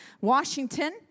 Washington